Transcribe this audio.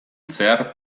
zehar